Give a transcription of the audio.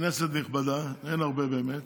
כנסת נכבדה, אין הרבה באמת,